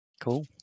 Cool